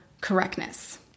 correctness